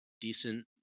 decent